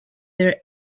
their